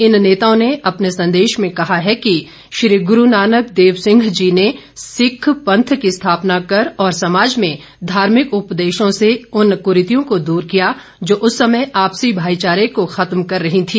इन नेताओं ने अपने संदेश में कहा है कि श्री गुरू नानक देव सिंह जी ने सिक्ख पंथ की स्थापना कर और समाज में धार्मिक उपदेशों से उन कुरीतियों को दूर किया जो उस समय आपसी भाईचारे को खत्म कर रही थी